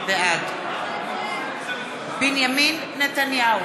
בעד בנימין נתניהו,